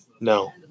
No